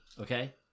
okay